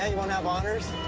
and want to have honors?